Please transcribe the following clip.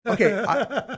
Okay